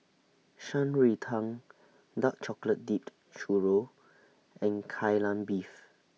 Shan Rui Tang Dark Chocolate Dipped Churro and Kai Lan Beef